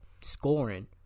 scoring